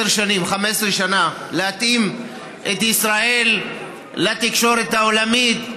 15 שנים ולהתאים את ישראל לתקשורת העולמית,